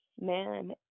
man